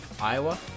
Iowa